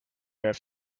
have